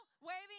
waving